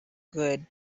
good